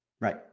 Right